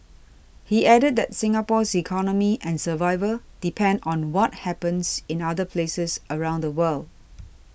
he added that Singapore's economy and survival depend on what happens in other places around the world